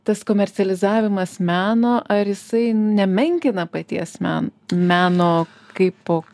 tas komercializavimas meno ar jisai nemenkina paties meno meno kaipo